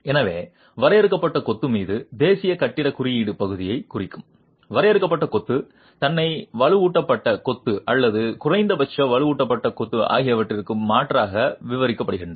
எனவே வரையறுக்கப்பட்ட கொத்து மீது தேசிய கட்டிடக் குறியீடு பகுதியைக் குறிக்கும் வரையறுக்கப்பட்ட கொத்து தன்னை வலுவூட்டப்பட்ட கொத்து அல்லது குறைந்தபட்ச வலுவூட்டப்பட்ட கொத்து ஆகியவற்றிற்கு மாற்றாக விவரிக்கப்படுகிறது